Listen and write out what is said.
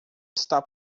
está